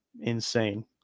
insane